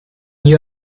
you